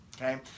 okay